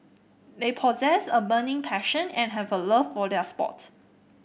they possess a burning passion and have a love for their sport